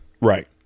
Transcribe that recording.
Right